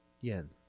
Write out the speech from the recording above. yen